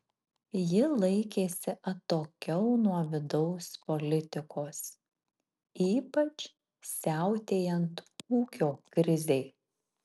ji laikėsi atokiau nuo vidaus politikos ypač siautėjant ūkio krizei